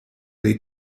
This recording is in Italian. dei